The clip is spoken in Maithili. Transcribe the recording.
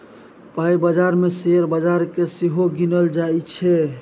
पाइ बजार मे शेयर बजार केँ सेहो गिनल जाइ छै